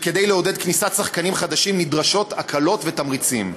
וכדי לעודד כניסת שחקנים חדשים נדרשים הקלות ותמריצים.